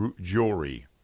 jewelry